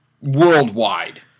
worldwide